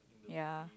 ya